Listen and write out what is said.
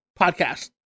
podcast